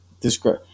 describe –